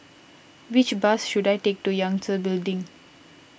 which bus should I take to Yangtze Building